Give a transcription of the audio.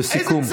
לסיכום.